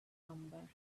number